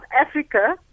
Africa